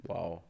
Wow